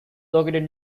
located